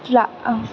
क्या अऽ